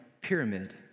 pyramid